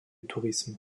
tourisme